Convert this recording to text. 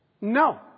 No